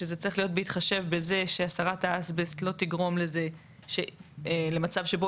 שזה צריך להיות בהתחשב בזה שהסרת האסבסט לא תגרום למצב שבו